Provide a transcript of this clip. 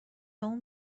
اون